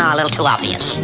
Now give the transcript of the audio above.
um little tilapia.